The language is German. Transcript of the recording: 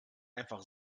einfach